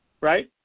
right